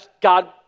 God